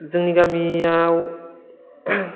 जोंनि गामियाव